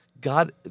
God